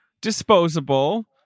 disposable